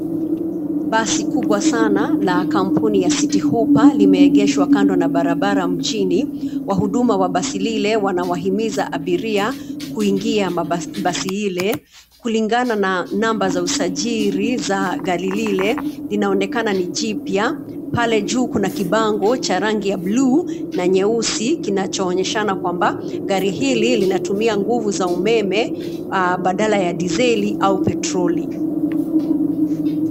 Basi kubwa sana la kampuni ya City Hoppa limeegeshwa kando na barabara mjini. Wahudumu wa basi lile wanawahimiza abiria kuingia basi ile. Kulingana na namba za usajili za gari lile, linaonekana ni jipya. Pale juu kuna kibango cha rangi ya buluu na nyeusi kinachoonyeshana kwamba gari hili linatumia nguvu za umeme baadala ya diseli au petroli.